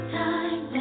time